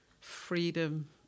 freedom